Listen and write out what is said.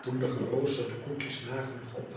toen de geroosterde koekjes nagenoeg op